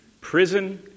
prison